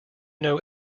know